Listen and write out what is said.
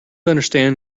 understand